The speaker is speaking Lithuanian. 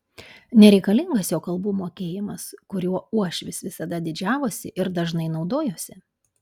nereikalingas jo kalbų mokėjimas kuriuo uošvis visada didžiavosi ir dažnai naudojosi